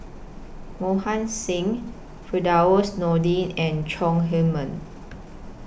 Mohan Singh Firdaus Nordin and Chong Heman